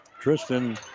Tristan